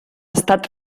estat